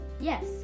Yes